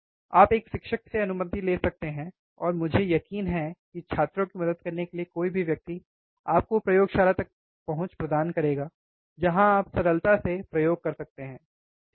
आप एक शिक्षक से अनुमति ले सकते हैं और मुझे यकीन है कि छात्रों की मदद करने के लिए कोई भी व्यक्ति आपको प्रयोगशाला तक पहुंच प्रदान करेगा जहां आप सरल प्रयोग कर सकते हैं ठीक है